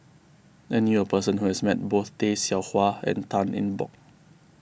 I knew a person who has met both Tay Seow Huah and Tan Eng Bock